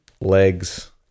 legs